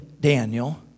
Daniel